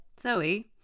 Zoe